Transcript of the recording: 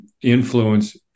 influence